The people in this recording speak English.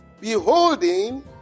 beholding